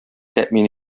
тәэмин